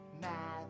Math